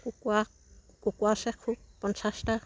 কুকুৰা কুকুৰা আছে খুব পঞ্চাছটা